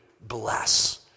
bless